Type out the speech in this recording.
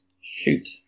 Shoot